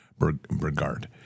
Bergard